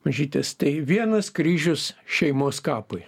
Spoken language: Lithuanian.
mažytės tai vienas kryžius šeimos kapui